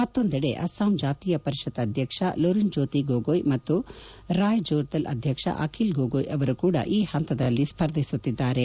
ಮತ್ತೊಂದೆಡೆ ಅಸ್ಸಾಂ ಜಾತೀಯ ಪರಿಷತ್ ಅಧ್ಯಕ್ಷ ಲುರಿನ್ಜೋತಿ ಗೊಗೊಯ್ ಮತ್ತು ರಾಯ್ ಜೋರ್ದಲ್ ಅಧ್ಯಕ್ಷ ಅಖಿಲ್ ಗೊಗೊಯ್ ಅವರು ಕೂಡಾ ಈ ಹಂತದಲ್ಲಿ ಸ್ಪರ್ಧಿಸುತ್ತಿದ್ದಾರೆ